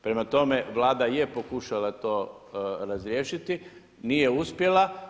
Prema tome, vlada je pokušala to razriješiti, nije uspjela.